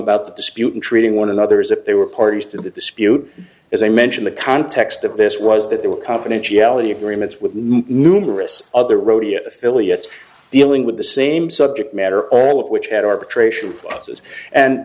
about the dispute in treating one another as if they were parties to the dispute as i mentioned the context of this was that they were confidentiality agreements with moon risks of the rodeo affiliates dealing with the same subject matter all of which had arbitration clauses